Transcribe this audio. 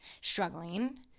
struggling